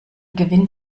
gewinnt